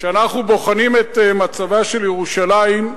כשאנחנו בוחנים את מצבה של ירושלים,